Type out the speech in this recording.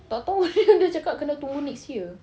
tak tahu dia cakap kena tunggu next year